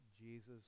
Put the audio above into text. Jesus